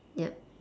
ya